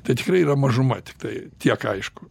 tai tikrai yra mažuma tiktai tiek aišku